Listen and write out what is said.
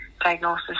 diagnosis